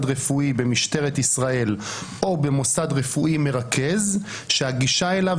רפואי במשטרת ישראל או במוסד רפואי מרכז שהגישה אליו